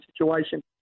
situation